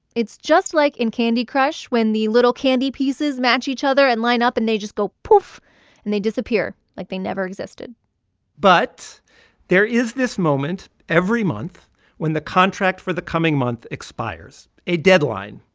it's just like in candy crush when the little candy pieces match each other and line up and they just go poof and they disappear like they never existed but there is this moment every month when the contract for the coming month expires a deadline,